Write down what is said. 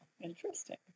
interesting